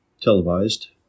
televised